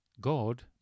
God